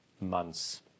months